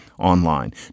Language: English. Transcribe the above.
online